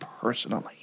personally